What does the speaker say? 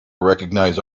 recognize